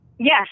Yes